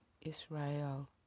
israel